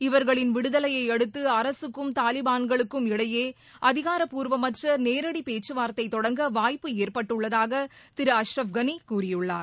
இவர்களின் விடுதலையை அடுத்து அரசுக்கும் தாலிபான்களுக்கும் இடையே அதிகாரப்பூர்வமற்ற நேரடி பேச்சுவார்த்தை தொடங்க வாய்ப்பு ஏற்பட்டுள்ளதாக திரு அஷ்ரப் கனி கூறியுள்ளார்